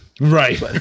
right